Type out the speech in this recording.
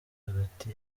hagati